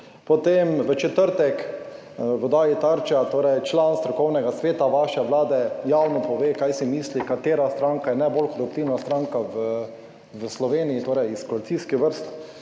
potem v četrtek v oddaji Tarča član strokovnega sveta vaše vlade javno pove kaj si misli katera stranka je najbolj koruptivna stranka v Sloveniji, torej iz koalicijskih vrst.